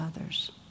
others